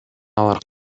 алар